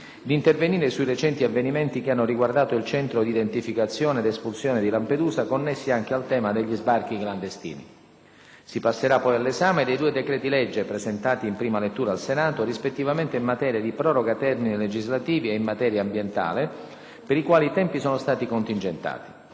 di intervenie sui recenti avvenimenti che hanno riguardato il centro di identificazione ed espulsione di Lampedusa connessi anche al tema degli sbarchi clandestini. Si passerà poi all'esame dei due decreti-legge, presentati in prima lettura al Senato, rispettivamente in materia di proroga termini legislativi e in materia ambientale, per i quali i tempi sono stati contingentati.